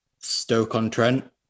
Stoke-on-Trent